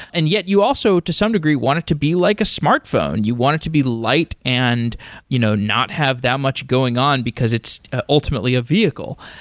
and yet you also, to some degree, want it to be like a smartphone. you want it to be light and you know not have that much going on, because it's ah ultimately a vehicle.